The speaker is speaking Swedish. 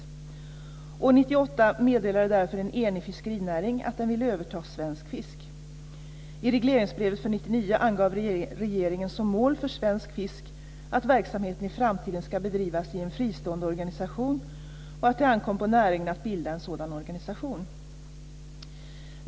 År 1998 meddelade därför en enig fiskerinäring att den ville överta Svensk Fisk. I regleringsbrevet för år 1999 angav regeringen som mål för Svensk Fisk att verksamheten i framtiden ska bedrivas i en fristående organisation och att det ankom på näringen att bilda en sådan organisation.